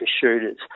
shooters